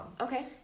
Okay